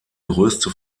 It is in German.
größte